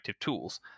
tools